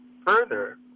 further